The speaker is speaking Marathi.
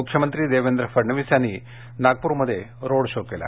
मुख्यमंत्री देवेंद्र फडणवीस यांनी नागपूरमध्ये रोड शो घेतला